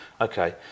Okay